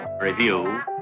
Review